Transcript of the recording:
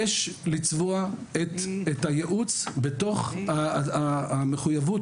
יש לצבוע את הייעוץ בתוך המחויבות,